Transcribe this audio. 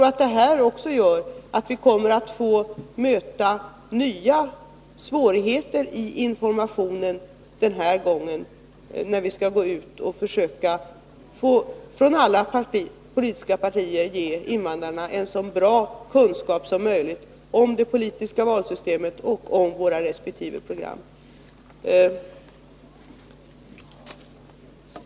Även detta gör att vi kommer att möta nya svårigheter i informationen när vi den här gången — från alla politiska partier — skall gå ut och försöka ge invandrarna en så god kunskap som möjligt om det politiska valsystemet och Nr 53 om våra resp. program.